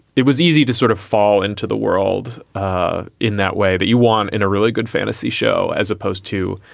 it was easy to sort of fall into the world ah in that way, but you want in a really good fantasy show as opposed to,